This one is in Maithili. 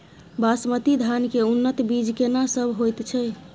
बासमती धान के उन्नत बीज केना सब होयत छै?